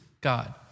God